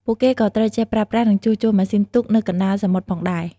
ពួកគេក៏ត្រូវចេះប្រើប្រាស់ និងជួសជុលម៉ាស៊ីនទូកនៅកណ្ដាលសមុទ្រផងដែរ។